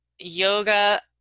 Yoga